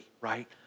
right